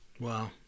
Wow